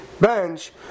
bench